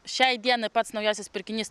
šiai dienai pats naujausias pirkinys